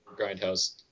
grindhouse